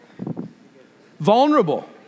Vulnerable